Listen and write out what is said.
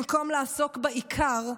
במקום לעסוק בעיקר,